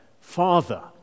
Father